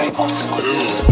consequences